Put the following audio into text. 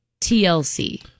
TLC